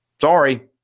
sorry